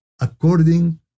according